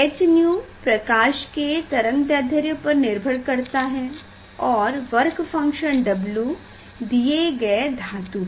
h𝛎 प्रकाश के तरंगदैध्र्य पर निर्भर करता है और वर्क फंक्शन W दिये गए धातु पर